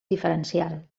diferenciar